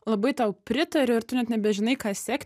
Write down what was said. labai tau pritariu ir tu net nebežinai ką sekt